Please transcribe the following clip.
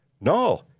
No